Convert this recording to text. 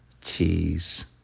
cheese